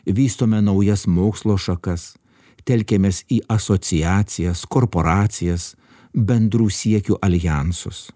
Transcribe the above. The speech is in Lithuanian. vystome naujas mokslo šakas telkiamės į asociacijas korporacijas bendrų siekių aljansus